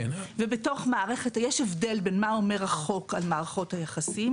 יש הבדל בין מה אומר החוק על מערכות היחסים